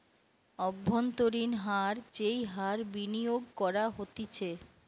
অব্ভন্তরীন হার যেই হার বিনিয়োগ করা হতিছে